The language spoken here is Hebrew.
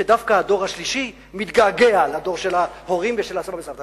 שדווקא הדור השלישי מתגעגע לדור של ההורים ושל הסבא והסבתא.